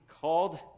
called